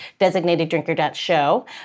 designateddrinker.show